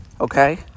okay